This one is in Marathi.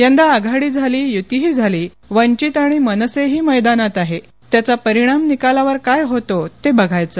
यंदा आघाडी झाली युतीही झाली पण वंचित आणि आता मनसेही मैदानात आहे त्याचा परणाम निकालावर काय होतो ते बघायचं